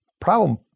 Problem